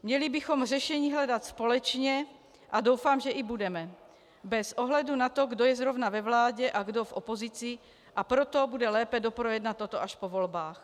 Měli bychom řešení hledat společně, a doufám, že i budeme, bez ohledu na to, kdo je zrovna ve vládě a kdo v opozici, a proto bude lépe, doprojednat toto až po volbách.